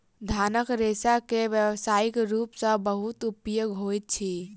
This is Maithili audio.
धानक रेशा के व्यावसायिक रूप सॅ बहुत उपयोग होइत अछि